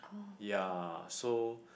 ya so